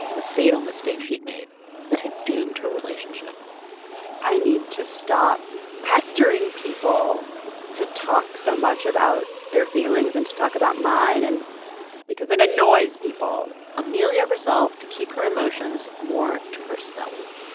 the fatal mistake she'd made that had doomed her relationship i need to stop pestering people to talk so much about their feelings and to talk about mine and because it annoys people amelia resolved to keep her emotions more to herself